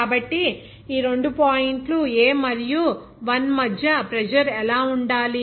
కాబట్టి ఈ రెండు పాయింట్లు A మరియు 1 మధ్య ప్రెజర్ ఎలా ఉండాలి